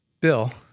Bill